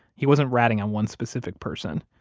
he wasn't ratting on one specific person.